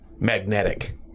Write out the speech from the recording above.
magnetic